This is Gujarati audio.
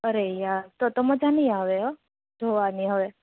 અરે યાર તોતો મજા નઇ આવે હો જોવાની હવે